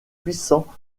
puissants